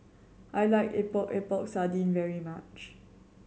I like Epok Epok Sardin very much